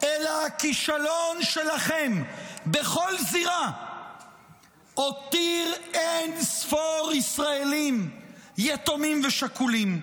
אלא הכישלון שלכם בכל זירה הותיר אין ספור ישראלים יתומים ושכולים.